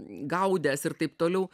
gaudęs ir taip toliau